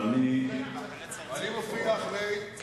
אני מופיע אחרי צרצור.